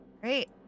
Great